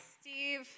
Steve